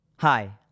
Hi